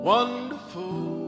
Wonderful